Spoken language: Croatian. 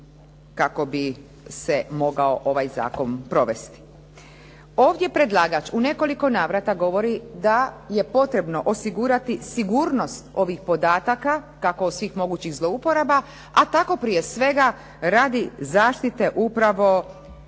kako bi se mogao ovaj zakon provesti. Ovdje predlagač u nekoliko navrata govori da je potrebno osigurati sigurnost ovih podataka, kako od svih mogućih zlouporaba, a tako prije svega radi zaštite upravo